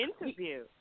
interview